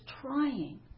trying